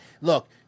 Look